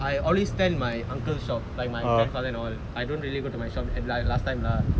I always tell my uncle shop like my grandfather and all I don't really go to my shop and like last time lah